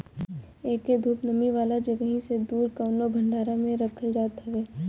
एके धूप, नमी वाला जगही से दूर कवनो भंडारा में रखल जात हवे